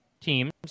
teams